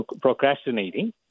procrastinating